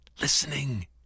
listening